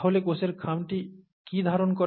তাহলে কোষের খামটি কী ধারণ করে